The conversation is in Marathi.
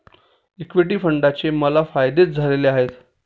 इक्विटी फंडाचे मला फायदेच झालेले आहेत